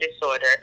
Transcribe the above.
disorder